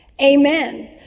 Amen